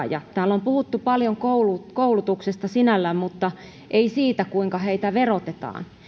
ja osaajat täällä on puhuttu paljon koulutuksesta sinällään mutta ei siitä kuinka heitä verotetaan